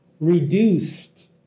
reduced